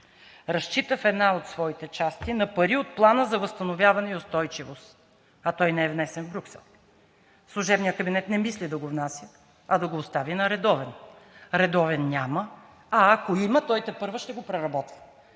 разчита в една от своите части на пари от Плана за възстановяване и устойчивост, а той не е внесен в Брюксел. Служебният кабинет не мисли да го внася, а да го остави на редовен. Редовен няма, а ако има, той тепърва ще го преработва.